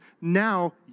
now